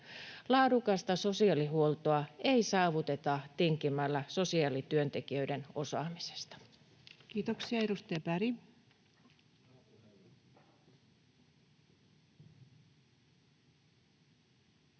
Laadukasta sosiaalihuoltoa ei saavuteta tinkimällä sosiaalityöntekijöiden osaamisesta. [Speech 144] Speaker: